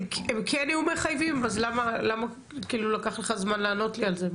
הם כן יהיו מחייבים אז למה לקח לך זמן לענות לי על זה,